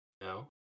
No